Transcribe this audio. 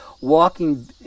walking